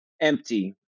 Empty